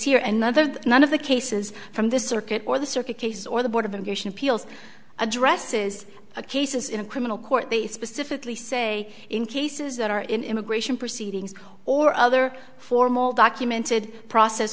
here and the other one of the cases from this circuit or the circuit case or the board of immigration appeals addresses a cases in criminal court they specifically say in cases that are in immigration proceedings or other formal documented process